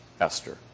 Esther